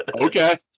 Okay